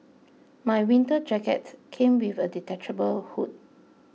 my winter jacket came with a detachable hood